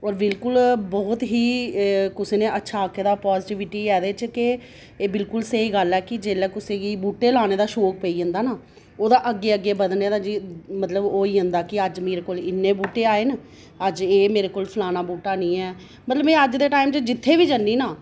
होर बहत ई कुसै नै अच्छा आक्खे दा पॉजिटिटी ऐ एह्दे च के एह् बिल्कुल स्हेई गल्ल ऐ कि जेल्लै कुसै गी बूह्टे लाने दा शौक पेई जंदा ना ओह्दा अग्गें अग्गें बधने दा मतलब ओह् होई जंदा कि अज्ज मेरे कोल इन्ने बूह्टे आए न अज्ज एह् मेरे कोल फलाना बूह्टा निं ऐ मतलब में अज्ज दे टाईम पर जित्थै बी जन्नी ना